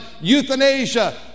euthanasia